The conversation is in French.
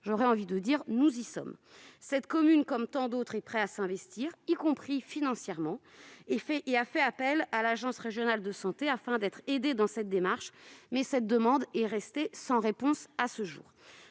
à moyen terme. Nous y sommes déjà ! Cette commune, comme tant d'autres, est prête à s'investir y compris financièrement. Elle a fait appel à l'agence régionale de santé (ARS) afin d'être aidée dans cette démarche, mais sa demande reste sans réponse à ce jour.